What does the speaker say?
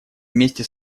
вместе